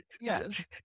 Yes